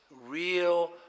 real